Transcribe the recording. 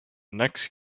next